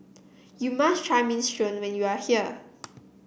you must try Minestrone when you are here